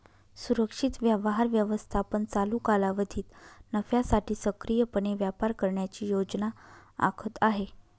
सुरक्षित व्यवहार व्यवस्थापन चालू कालावधीत नफ्यासाठी सक्रियपणे व्यापार करण्याची योजना आखत आहे